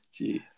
Jeez